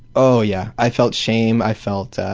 oh yeah, i felt shame, i felt, oh